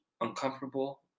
uncomfortable